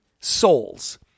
souls